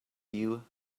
view